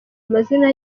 amazina